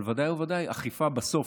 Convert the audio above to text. אבל בוודאי ובוודאי אכיפה בסוף,